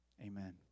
Amen